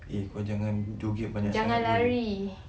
eh kau jangan joget banyak sangat tu